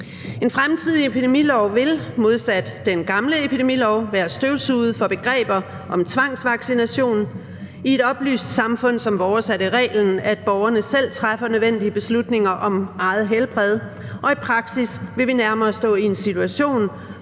En fremtidig epidemilov vil modsat den gamle epidemilov være støvsuget for begreber om tvangsvaccination. I et oplyst samfund som vores er det reglen, at borgerne selv træffer nødvendige beslutninger om eget helbred, og i praksis vil vi nærmere stå i en situation,